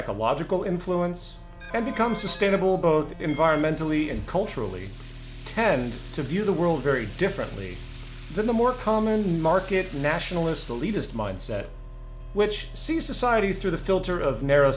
ecological influence and become sustainable both environmentally and culturally tend to view the world very differently than the more common market nationalist elitist mindset which sees society through the filter of narrow